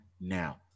now